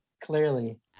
Clearly